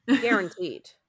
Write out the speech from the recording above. Guaranteed